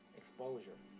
exposure